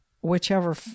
whichever